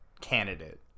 candidate